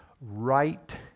right